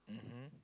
mmhmm